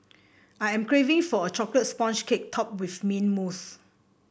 I am craving for a chocolate sponge cake topped with mint mousse